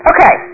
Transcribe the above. Okay